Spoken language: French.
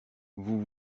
vous